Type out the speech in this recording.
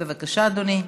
בבקשה, אדוני.